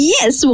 Yes